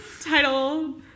title